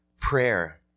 Prayer